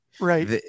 right